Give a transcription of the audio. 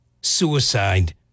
suicide